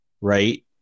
right